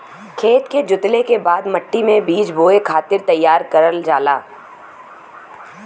खेत के जोतले के बाद मट्टी मे बीज बोए खातिर तईयार करल जाला